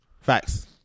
Facts